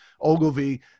Ogilvy